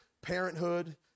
parenthood